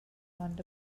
ond